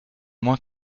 moins